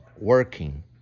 working